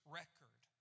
record